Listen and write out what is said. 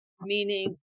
meaning